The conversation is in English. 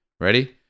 ready